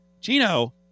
Gino